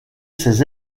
ces